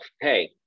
hey